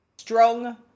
Strong